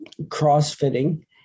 CrossFitting